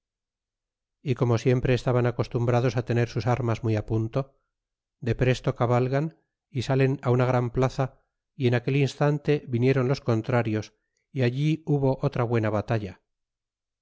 y como siempre estaban acostumbrados á tener sus armas muy á punto depresto cavalgan y salen una gran plaza y en aquel instante vinieron los contrarios y allí hubo otra buena batalla